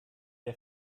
der